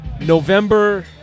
November